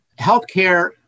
Healthcare